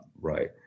right